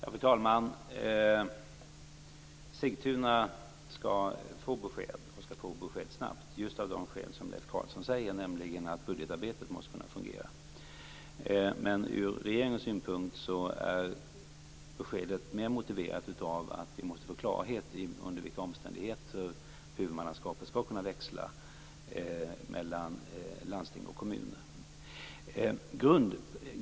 Fru talman! Sigtuna skall få besked snabbt, just av de skäl som Leif Carlson säger, nämligen att budgetarbetet måste kunna fungera. Men från regeringens synpunkt är beskedet mer motiverat av att vi måste få klarhet i under vilka omständigheter huvudmannaskapet skall kunna växla mellan landsting och kommun.